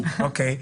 אוקיי.